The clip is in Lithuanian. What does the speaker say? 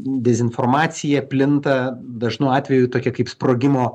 dezinformacija plinta dažnu atveju tokia kaip sprogimo